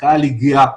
הקהל הגיע,